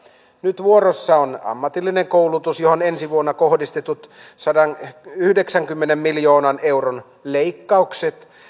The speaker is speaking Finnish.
nyt vuorossa on ammatillinen koulutus johon ensi vuonna kohdistetut sadanyhdeksänkymmenen miljoonan euron leikkaukset